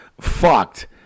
fucked